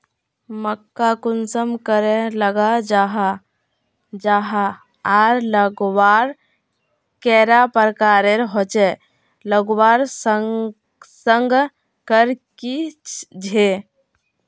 मक्का कुंसम करे लगा जाहा जाहा आर लगवार कैडा प्रकारेर होचे लगवार संगकर की झे?